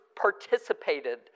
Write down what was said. participated